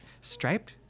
striped